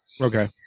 Okay